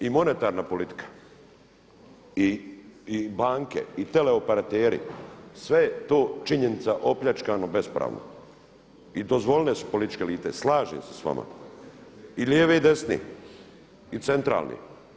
I monetarna politika i banke i tele operateri sve je to činjenica opljačkano bespravno i dozvoljene su političke elite, slažem se s vama i lijeve i desne i centralne.